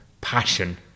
passion